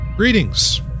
Greetings